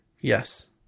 Yes